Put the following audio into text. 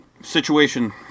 situation